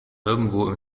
irgendwo